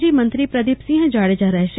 જી મંત્રી પ્રદિપસિંહ જાડેજા રહેશે